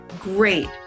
great